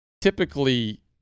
typically